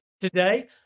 today